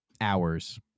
hours